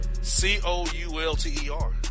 C-O-U-L-T-E-R